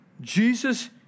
Jesus